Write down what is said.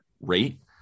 rate